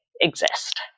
exist